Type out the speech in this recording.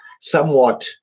somewhat